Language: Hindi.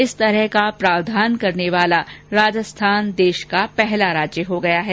इस तरह का प्रावधान करने वाला राजस्थान देश का पहला राज्य हो गया है